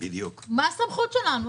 מה הסמכות שלנו?